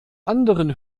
anderen